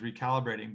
recalibrating